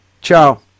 ciao